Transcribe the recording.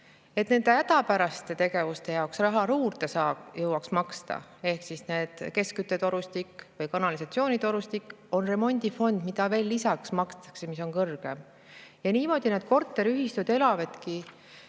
et nende hädapäraste tegevuste jaoks raha juurde jõuaks maksta, ehk keskküttetorustiku või kanalisatsioonitorustiku jaoks, on remondifond, mida veel lisaks makstakse ja mis on kõrge. Ja niimoodi need korteriühistud elavadki